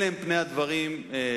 אלה הם פני הדברים במלואם,